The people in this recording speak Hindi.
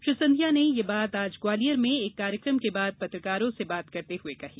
श्री सिंधिया ने यह बात आज ग्वालियर में एक कार्यक्रम के बाद पत्रकारों से बात करते हुए कही